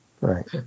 right